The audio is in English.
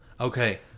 Okay